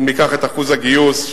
אם ניקח את אחוז הגיוס,